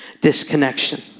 Disconnection